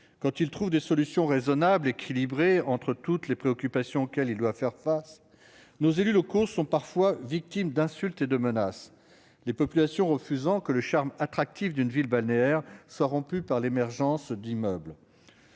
Quand ils trouvent des solutions raisonnables et équilibrées entre toutes les préoccupations auxquelles ils doivent faire face, les élus locaux sont parfois victimes d'insultes et de menaces, les populations refusant que le charme attractif d'une ville balnéaire soit rompu par l'émergence d'immeubles.